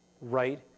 right